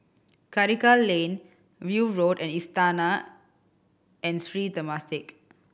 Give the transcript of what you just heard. Karikal Lane View Road and Istana and Sri Temasek